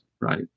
Right